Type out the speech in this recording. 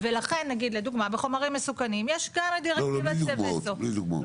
אדוני צודק.